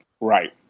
right